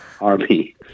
Army